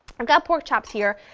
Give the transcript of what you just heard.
i've got pork chops here,